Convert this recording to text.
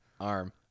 arm